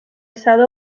está